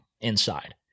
inside